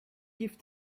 give